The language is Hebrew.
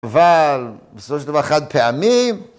‫אבל בסוף של דבר אחד פעמים.